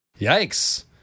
Yikes